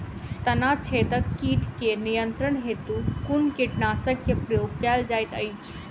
तना छेदक कीट केँ नियंत्रण हेतु कुन कीटनासक केँ प्रयोग कैल जाइत अछि?